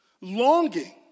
longing